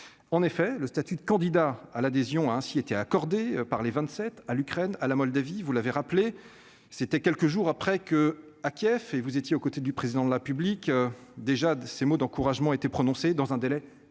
en effet, le statut de candidat à l'adhésion ainsi été accordé par les 27 à l'Ukraine à la Moldavie, vous l'avez rappelé c'était quelques jours après que à Kiev et vous étiez aux côtés du président de la public déjà de ces mots d'encouragement été prononcé dans un délai